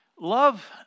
love